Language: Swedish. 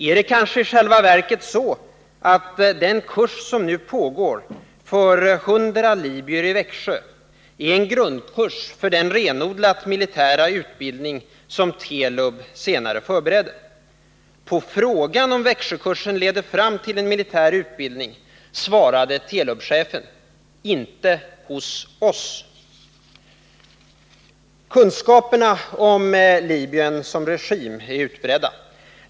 Är det kanske i själva verket så, att den kurs som nu pågår för hundra libyeri Växjö är en grundkurs för den renodlat militära utbildning som Telub senare förberedde? På frågan om Växjökursen leder fram till en militär utbildning svarade Telubchefen: ”Inte hos oss.” Kunskaperna om Libyen som regim är utbredda.